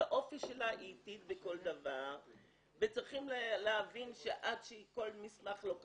באופי שלה היא איטית בכל דבר וצריכים להבין שעד שהיא לוקחת כל מסמך,